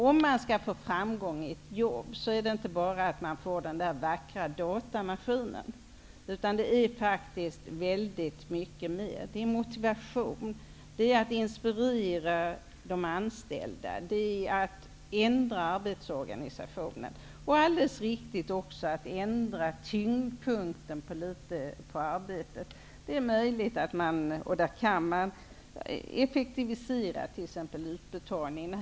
Om man skall få framgång i ett jobb gäller det inte bara att få den där vackra datamaskinen. Det är väldigt mycket mer som behövs. Det är motivation, inspiration till de anställda, ändring av arbetsorganisationen och även att man ändrar tyngdpunkten på arbetet litet. Man kan t.ex. effektivisera utbetalningarna.